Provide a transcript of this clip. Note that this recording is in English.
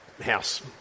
house